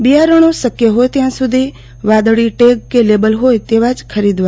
બીયરનો શક્ય હોય ત્યાં સુધી વાદળી ટેગ કે લેબલ હોય તેવા જ ખરીદવા